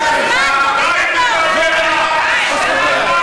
כבוד היושב-ראש, אדוני היושב-ראש, נגמר לו הזמן.